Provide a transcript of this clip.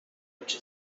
which